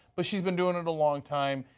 but she has been doing it a long time.